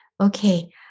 okay